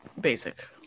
basic